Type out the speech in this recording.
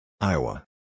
Iowa